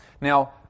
Now